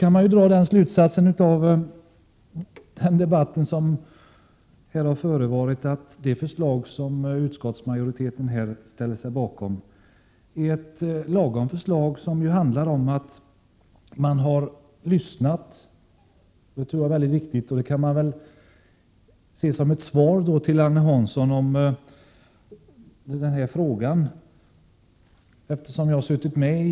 Man kan dra den slutsatsen av den debatt som har förevarit att det förslag som utskottsmajoriteten har ställt sig bakom är ett lagom förslag, som ju visar att vi har lyssnat — detta tror jag är viktigt och kan väl ses som ett svar på Agne Hanssons fråga — på lokalhyreskommittén.